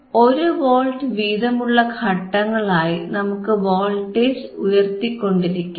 1 volt വീതമുള്ള ഘട്ടങ്ങളായി നമുക്ക് വോൾട്ടേജ് ഉയർത്തിക്കൊണ്ടിരിക്കാം